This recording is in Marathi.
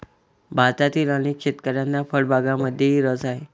भारतातील अनेक शेतकऱ्यांना फळबागांमध्येही रस आहे